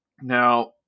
Now